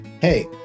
Hey